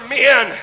men